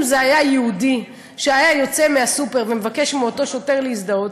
אם זה היה יהודי שהיה יוצא מהסופר ומבקש מאותו שוטר להזדהות,